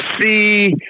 see